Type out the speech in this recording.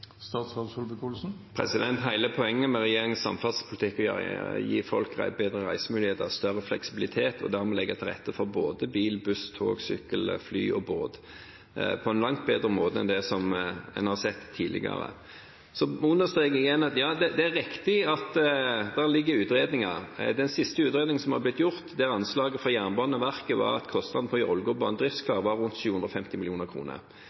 poenget med regjeringens samferdselspolitikk er å gi folk bedre reisemuligheter, større fleksibilitet og dermed legge til rette for både bil, buss, tog, sykkel, fly og båt på en langt bedre måte enn det som en har sett tidligere. Jeg understreker igjen at det er riktig at det foreligger utredninger. I den siste utredningen som er blitt gjort, var anslaget fra Jernbaneverket at kostnaden for å gjøre Ålgårdbanen driftsklar var rundt 750 mill. kr. Men når en gjør vurderinger basert på